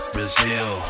Brazil